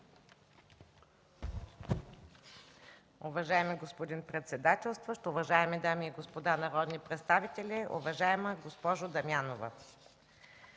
Уважаеми господин председателстващ, уважаеми дами и господа народни представители! Уважаема госпожо Дамянова,